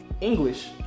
English